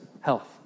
Health